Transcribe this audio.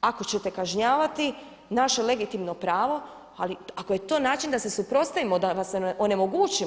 ako ćete kažnjavati naše legitimno pravo ali ako je to način da se suprotstavimo da vas onemogućimo.